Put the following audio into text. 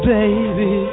Baby